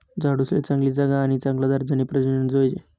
झाडूसले चांगली जागा आणि चांगला दर्जानी प्रजनन जोयजे